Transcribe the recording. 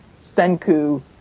Senku